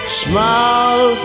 smile